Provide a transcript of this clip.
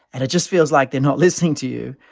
and it just feels like they're not listening to you.